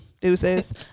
deuces